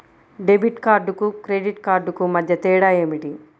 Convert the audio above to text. Debit కార్డుకు credit credit కార్డుకు మధ్య తేడా ఏమిటీ?